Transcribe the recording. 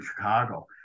chicago